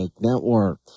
Network